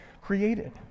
created